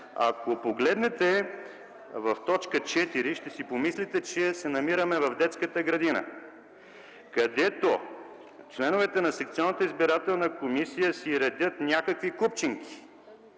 но това е друга тема – ще си помислите, че се намираме в детската градина, където членовете на секционната избирателна комисия си редят някакви купчинки